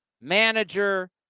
manager